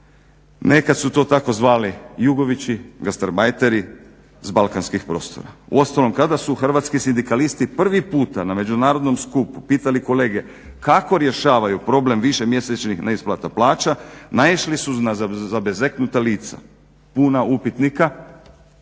nekad su to tako zvali Jugović, gastarbajteri s balkanskih prostora. Uostalom kada su Hrvatski sindikalisti prvi puta na međunarodnom skupu pitali kolege kako rješavaju problem više mjesečnih neisplata plaća naišli su na zabezeknuta lica, puna upitnika kako